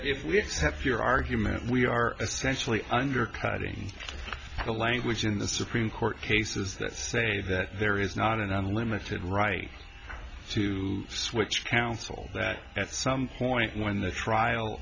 if we accept your argument we are essentially undercutting the language in the supreme court cases that say that there is not an unlimited right to switch counsel that at some point when the trial